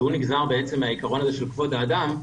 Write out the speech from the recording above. שהוא נגזר בעצם מהעיקרון הזה של כבוד האדם.